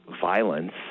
violence